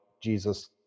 Jesus